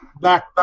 back